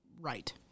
right